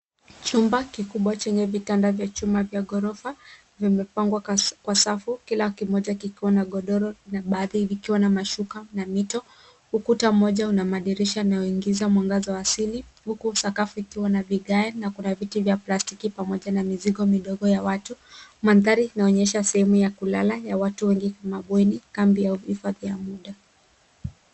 Chumba kikubwa chenye vitanda vya chuma vya ghorofa vimepangwa kwa safu, kila kimoja kikiwa na godoro na baadhi vikiwa na mashuka na mito. Ukuta mmoja una madirisha yanayoingiza mwangaza wa asili huku sakau ikiwa na vigae na kuna viti vya plastiki pamoja na mizigo midogo ya watu. Mandhari inaonyesha ya watu wengi kama bweni, kambi au hifadhi ya muda.